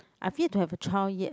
I've yet to have a child yet